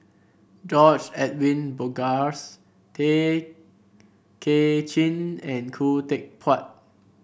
George Edwin Bogaars Tay Kay Chin and Khoo Teck Puat